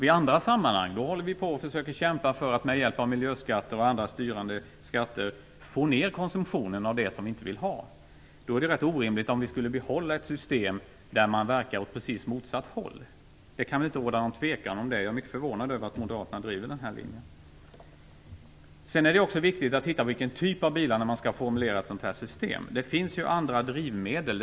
I andra sammanhang kämpar vi för att med hjälp av miljöskatter och andra styrande skatter få ned konsumtionen av sådant som vi inte vill ha. Då vore det rätt orimligt om vi skulle behålla ett system som verkar i precis motsatt riktning. Det kan väl inte råda någon tvekan om det. Jag är mycket förvånad över att moderaterna driver den linjen. Sedan är det också viktigt att titta på typen av bilar när ett sådant här system skall utformas. Det finns ju andra drivmedel.